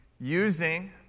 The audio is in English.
Using